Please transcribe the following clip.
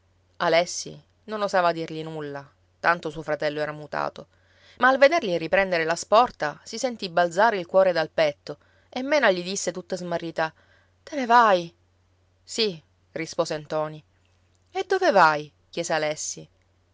alessi non osava dirgli nulla tanto suo fratello era mutato ma al vedergli riprendere la sporta si sentì balzare il cuore dal petto e mena gli disse tutta smarrita te ne vai sì rispose ntoni e dove vai chiese alessi